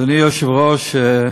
אדוני היושב-ראש,